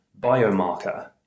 biomarker